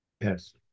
Yes